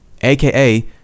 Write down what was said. aka